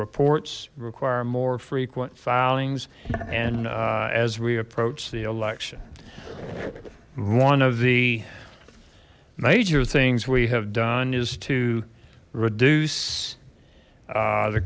reports require more frequent filings and as we approach the election one of the major things we have done is to reduce